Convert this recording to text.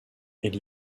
elle